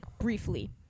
briefly